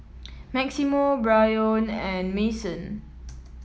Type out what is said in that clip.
Maximo Brion and Mason